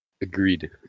Agreed